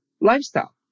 Lifestyle